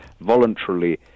voluntarily